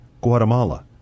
Guatemala